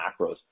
macros